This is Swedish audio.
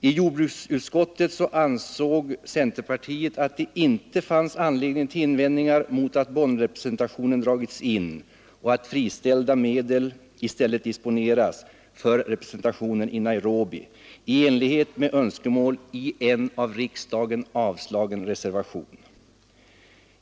I jordbruksutskottet anser man att det inte finns anledning till invändning mot att Bonnrepresentationen dragits in och att friställda medel i stället disponeras för representation i Nairobi i enlighet med önskemål i en av riksdagen avslagen reservation.